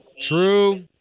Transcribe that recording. True